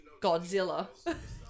Godzilla